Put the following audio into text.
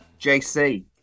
JC